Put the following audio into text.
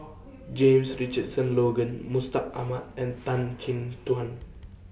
James Richardson Logan Mustaq Ahmad and Tan Chin Tuan